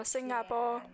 Singapore